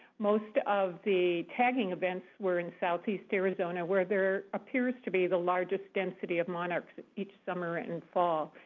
most of the tagging events were in southeast arizona, where there appears to be the largest density of monarchs each summer and fall.